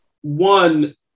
one